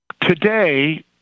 today